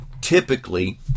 typically